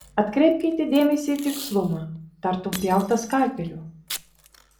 atkreipkite dėmesį į tikslumą tartum pjauta skalpeliu